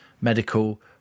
medical